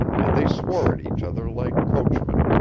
and they swore at each other like coachmen.